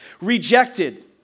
Rejected